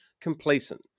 complacent